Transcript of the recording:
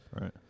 Right